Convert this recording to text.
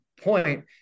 point